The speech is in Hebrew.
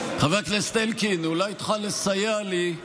אולי תוכל לסייע לי.